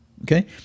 okay